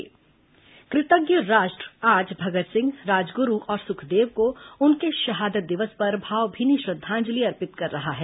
शहादत दिवस श्रद्धांजलि कृतज्ञ राष्ट्र आज भगत सिंह राजगुरू और सुखदेव को उनके शहादत दिवस पर भावभीनी श्रद्दांजलि अर्पित कर रहा है